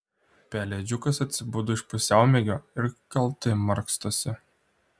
pelėdžiukas atsibudo iš pusiaumiegio ir kaltai markstosi